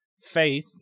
faith